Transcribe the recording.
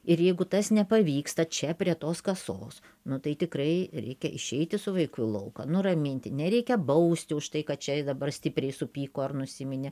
ir jeigu tas nepavyksta čia prie tos kasos nu tai tikrai reikia išeiti su vaiku į lauką nuraminti nereikia bausti už tai kad čia dabar stipriai supyko ar nusiminė